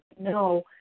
no